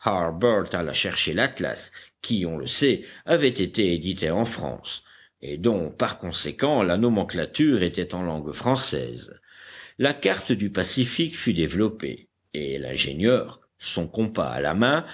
harbert alla chercher l'atlas qui on le sait avait été édité en france et dont par conséquent la nomenclature était en langue française la carte du pacifique fut développée et l'ingénieur son compas à la main